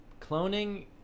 cloning